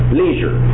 leisure